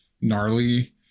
gnarly